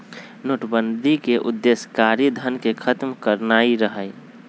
नोटबन्दि के उद्देश्य कारीधन के खत्म करनाइ रहै